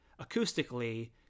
acoustically